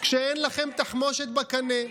כשאין לכם תחמושת בקנה.